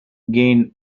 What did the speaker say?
gained